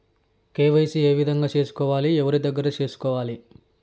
KYC ఏ విధంగా సేసుకోవాలి? ఎవరి దగ్గర సేసుకోవాలి?